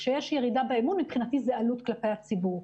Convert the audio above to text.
כשיש ירידה באמון, מבחינתי זו עלות כלפי הציבור.